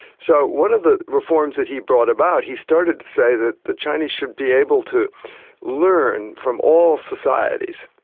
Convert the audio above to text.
so one of the reforms that he brought about, he started to say that the chinese should be able to learn from all societies,